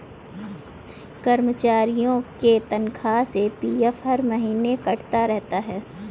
कर्मचारियों के तनख्वाह से पी.एफ हर महीने कटता रहता है